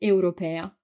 Europea